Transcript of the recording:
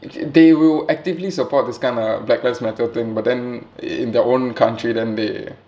th~ th~ they will actively support this kind of black lives matter thing but then in their own country then they